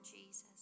Jesus